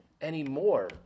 anymore